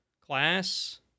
class